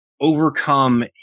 overcome